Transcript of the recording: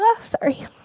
Sorry